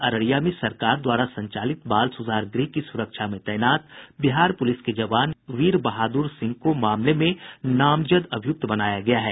अररिया में सरकार द्वारा संचालित बाल सुधार गृह की सुरक्षा में तैनात बिहार पूलिस के जवान वीर बहादुर सिंह को मामले में नामजद अभियुक्त बनाया गया है